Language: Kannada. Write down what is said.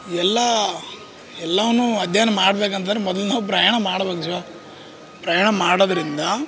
ಎಲ್ಲ ಎಲ್ಲವನ್ನೂ ಅಧ್ಯಯನ ಮಾಡಬೇಕಂತಂದ್ರೆ ಮೊದ್ಲು ನಾವು ಪ್ರಯಾಣಬೇಕು ಪ್ರಯಾಣ ಮಾಡೋದ್ರಿಂದ